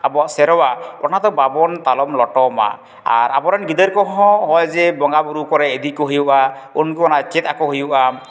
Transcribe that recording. ᱟᱵᱚᱣᱟᱜ ᱥᱮᱨᱣᱟ ᱚᱱᱟᱫᱚ ᱵᱟᱵᱚᱱ ᱛᱟᱞᱚᱢ ᱞᱚᱴᱚᱢᱟ ᱟᱨ ᱟᱵᱚᱨᱮᱱ ᱜᱤᱫᱟᱹᱨ ᱠᱚᱦᱚᱸ ᱱᱚᱜᱼᱚᱭ ᱡᱮ ᱵᱚᱸᱜᱟᱼᱵᱩᱨᱩ ᱠᱚᱨᱮᱜ ᱤᱫᱤ ᱠᱚ ᱦᱩᱭᱩᱜᱼᱟ ᱩᱱᱠᱩ ᱚᱱᱟ ᱪᱮᱫ ᱟᱠᱚ ᱦᱩᱭᱩᱜᱼᱟ